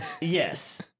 Yes